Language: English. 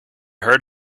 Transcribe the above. heard